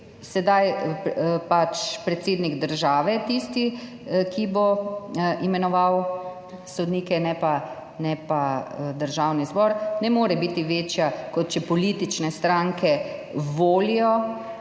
sedaj predsednik države tisti, ki bo imenoval sodnike, ne pa Državni zbor, ne more biti večja, kot če politične stranke volijo